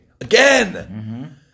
again